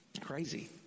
crazy